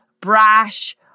brash